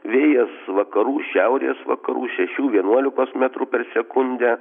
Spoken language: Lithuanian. vėjas vakarų šiaurės vakarų šešių vienuolikos metrų per sekundę